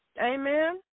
Amen